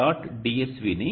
CSV ని